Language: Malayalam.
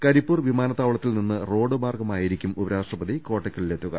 കരിപ്പൂർ വിമാനത്താവളത്തിൽ നിന്ന് റോഡ് മാർഗമായിരിക്കും ഉപരാഷ്ട്രപതി കോട്ടക്കലിൽ എത്തുക